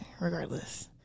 regardless